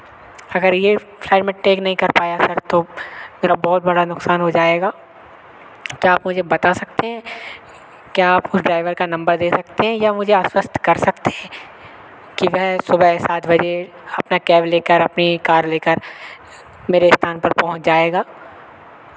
अगर ये फ्लाइट मैं टेक नहीं कर पाया सर तो मेरा बहुत बड़ा नुकसान हो जाएगा क्या आप मुझे बता सकते हैं क्या आप उस ड्राइवर का नम्बर दे सकते हैं या मुझे आश्वस्त कर सकते हैं कि मैं सुबह सात बजे अपना कैब ले कर अपनी कार ले कर मेरे स्थान पर पहुँच जाएगा